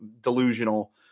delusional